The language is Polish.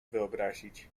wyobrazić